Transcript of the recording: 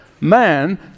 man